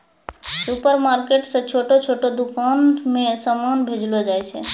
supermarket से छोटो छोटो दुकान मे समान भेजलो जाय छै